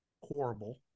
horrible